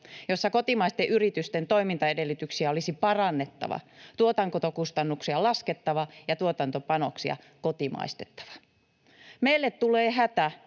jossa kotimaisten yritysten toimintaedellytyksiä olisi parannettava, tuotantokustannuksia laskettava ja tuotantopanoksia kotimaistettava. Meille tulee hätä,